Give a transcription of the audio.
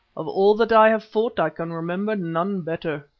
of all that i have fought i can remember none better,